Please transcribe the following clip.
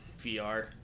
VR